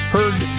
Heard